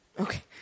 Okay